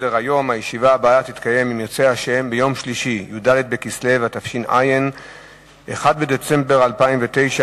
אין נגד ואין נמנעים.